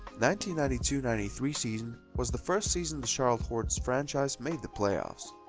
ninety ninety two ninety three season was the first season the charlotte hornets franchise made the playoffs.